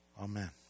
Amen